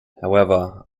however